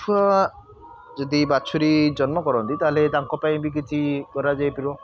ଛୁଆ ଯଦି ବାଛୁରୀ ଜନ୍ମ କରନ୍ତି ତା'ହେଲେ ତାଙ୍କ ପାଇଁ ବି କିଛି କରାଯାଇ ପାରିବ